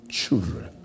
children